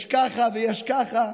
יש ככה ויש ככה,